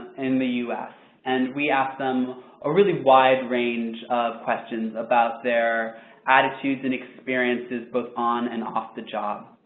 in the us. and, we ask them ah really why the range of questions about their attitudes and experiences both on and off the job.